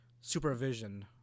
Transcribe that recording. supervision